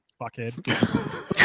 Fuckhead